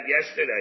yesterday